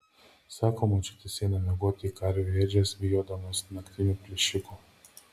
sako močiutės eina miegoti į karvių ėdžias bijodamos naktinių plėšikų